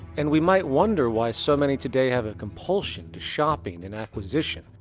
and we might wonder why so many today have a compulsion to shopping and acquisition,